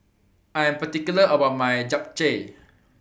I Am particular about My Japchae